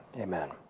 Amen